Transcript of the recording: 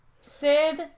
Sid